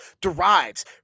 derives